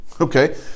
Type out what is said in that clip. okay